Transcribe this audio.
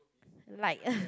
like